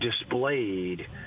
displayed